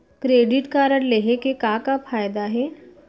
Credit card लेहे के का का फायदा हे?